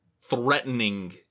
threatening